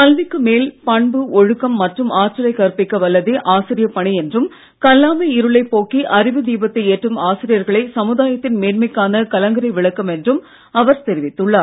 கல்விக்கு மேல் பண்பு ஒழுக்கம் மற்றும் ஆற்றலை கற்பிக்க வல்லதே ஆசிரியர் பணி என்றும் கல்லாமை இருளைப் போக்கி அறிவு தீபத்தை ஏற்றும் ஆசிரியர்களே சமுதாயத்தின் மேன்மைக்கான கலங்கரை விளக்கம் என்றும் அவர் தெரிவித்துள்ளார்